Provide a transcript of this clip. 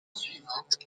suivante